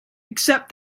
except